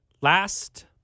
Last